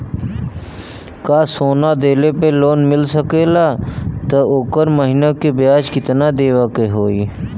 का सोना देले पे लोन मिल सकेला त ओकर महीना के ब्याज कितनादेवे के होई?